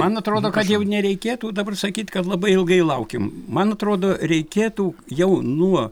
man atrodo kad jau nereikėtų dabar sakyt kad labai ilgai laukėm man atrodo reikėtų jau nuo